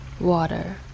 water